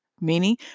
meaning